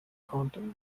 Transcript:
county